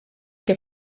que